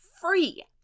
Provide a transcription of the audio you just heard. free